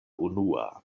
unua